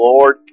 Lord